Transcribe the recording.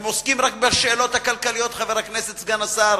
הם עוסקים רק בשאלות הכלכליות, חבר הכנסת סגן השר